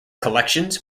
collections